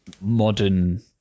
modern